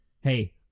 hey